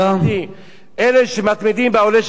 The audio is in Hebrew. אלה שמתמידים באוהלה של תורה.